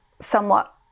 somewhat